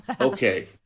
okay